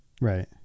Right